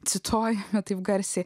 cituoju ne taip garsiai